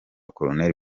col